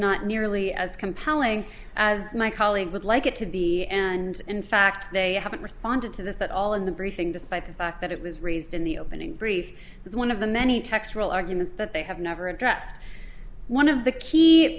not nearly as compelling as my colleague would like it to be and in fact they haven't responded to this at all in the briefing despite the fact that it was raised in the opening brief it's one of the many textural arguments that they have never addressed one of the key